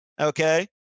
okay